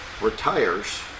retires